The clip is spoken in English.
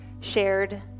shared